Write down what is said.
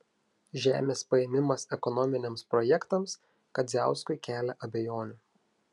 žemės paėmimas ekonominiams projektams kadziauskui kelia abejonių